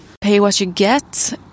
pay-what-you-get